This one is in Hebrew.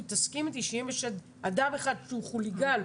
תסכים איתי שאם יש אדם אחד שהוא חוליגן,